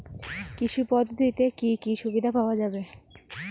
কৃষি পদ্ধতিতে কি কি সুবিধা পাওয়া যাবে?